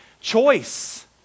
choice